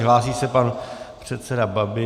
Hlásí se pan předseda Babiš.